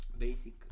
basic